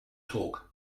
torque